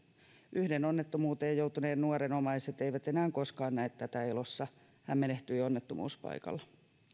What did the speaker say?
yhden onnettomuuteen joutuneen nuoren omaiset eivät enää koskaan näe tätä elossa hän menehtyi onnettomuuspaikalle